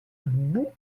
bout